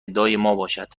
باشد